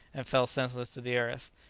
and fell senseless to the earth.